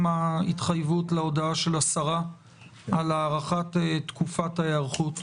ההתחייבות להודעה של השרה על הארכת תקופת ההיערכות